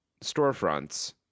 storefronts